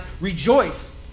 rejoice